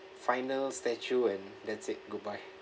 final statue and that's it goodbye